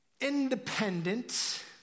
independent